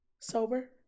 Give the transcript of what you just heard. sober